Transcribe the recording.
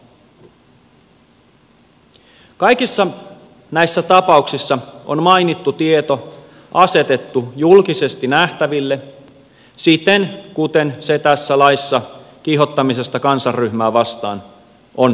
kaikissa näissä tapauksissa on mainittu tieto asetettu julkisesti nähtäville siten kuten se tässä laissa kiihottamisesta kansanryhmää vastaan on määritelty